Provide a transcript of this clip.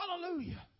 Hallelujah